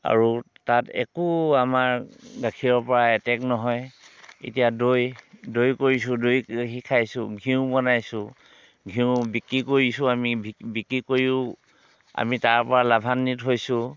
আৰু তাত একো আমাৰ গাখীৰৰ পৰা এটেক নহয় এতিয়া দৈ দৈ কৰিছোঁ দৈ গাখীৰ খাইছোঁ ঘিউ বনাইছোঁ ঘিউ বিক্ৰী কৰিছোঁ আমি বিক্ৰী কৰিও আমি তাৰ পৰা লাভান্বিত হৈছোঁ